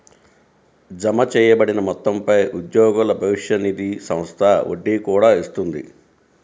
జమచేయబడిన మొత్తంపై ఉద్యోగుల భవిష్య నిధి సంస్థ వడ్డీ కూడా ఇస్తుంది